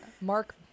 Mark